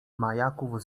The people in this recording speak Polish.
majaków